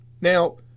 Now